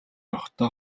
явахдаа